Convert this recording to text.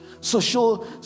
Social